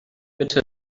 bitte